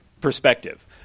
perspective